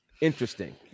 Interesting